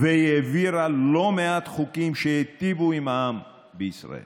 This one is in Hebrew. והיא העבירה לא מעט חוקים שהיטיבו עם העם בישראל